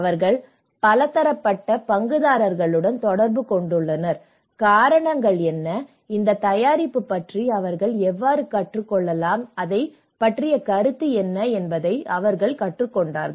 அவர்கள் பலதரப்பட்ட பங்குதாரர்களுடன் தொடர்பு கொண்டுள்ளனர் காரணங்கள் என்ன இந்த தயாரிப்பு பற்றி அவர்கள் எவ்வாறு கற்றுக்கொள்ளலாம் அதைப் பற்றிய கருத்து என்ன என்பதை அவர்கள் கற்றுக்கொண்டார்கள்